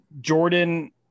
Jordan